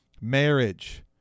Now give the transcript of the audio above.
marriage